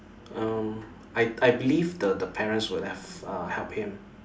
um I I believe the the parents would have uh helped him